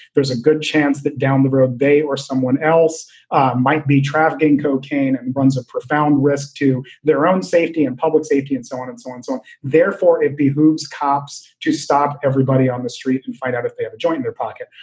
there's a good chance that down the road they or someone else might be trafficking. cocaine runs a profound risk to their own safety and public safety and so on and so on. so therefore, it behooves cops to stop everybody on the street and find out if they ever joined their pocket.